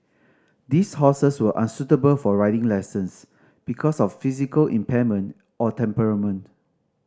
these horses were unsuitable for riding lessons because of physical impairment or temperament